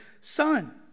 son